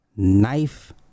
knife